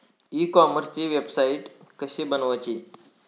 E कॉमर्सची website कशी बनवची?